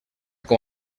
com